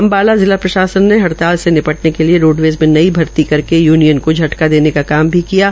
अम्बाला जिला प्रशासन ने हड़ताल से निपटने के लिये रोडवेज़ में नई भर्ती करके यूनियन को झटका देने का काम किया है